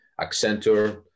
Accenture